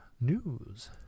news